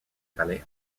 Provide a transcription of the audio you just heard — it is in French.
palais